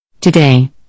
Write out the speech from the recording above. Today